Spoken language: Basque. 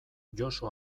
josu